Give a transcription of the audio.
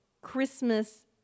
Christmas